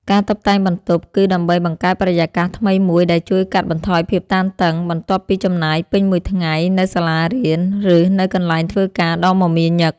ការតុបតែងបន្ទប់ គឺដើម្បីបង្កើតបរិយាកាសថ្មីមួយដែលជួយកាត់បន្ថយភាពតានតឹង បន្ទាប់ពីចំណាយពេលពេញមួយថ្ងៃនៅសាលារៀន ឬនៅកន្លែងធ្វើការដ៏មមាញឹក។